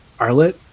Arlet